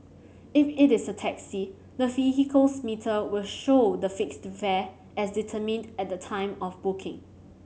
if it is a taxi the vehicle's meter will show the fixed fare as determined at the time of booking